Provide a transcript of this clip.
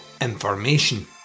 information